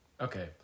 Okay